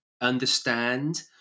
understand